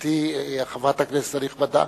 גברתי חברת הכנסת הנכבדה,